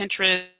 Pinterest